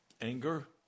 anger